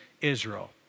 Israel